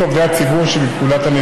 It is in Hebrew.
שהם מסרבים שיתקשרו אליהם.